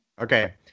Okay